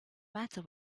matter